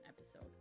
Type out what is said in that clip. episode